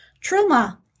Trauma